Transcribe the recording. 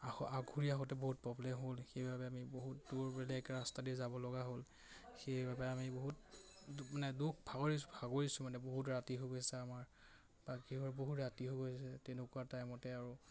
আহোঁতে বহুত প্ৰব্লেম হ'ল সেইবাবে আমি বহুত দূৰ বেলেগ ৰাস্তাতে যাব লগা হ'ল সেইবাবে আমি বহুত মানে দুখ ভাগৰিছোঁ ভাগৰিছোঁ মানে বহুত ৰাতি হৈ গৈছে আমাৰ বাকীবোৰ বহুত ৰাতি হৈ গৈছে তেনেকুৱা টাইমতে আৰু